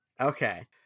okay